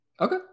okay